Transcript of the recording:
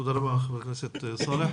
תודה, תודה רבה, חברת הכנסת סאלח.